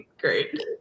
Great